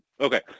okay